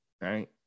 Right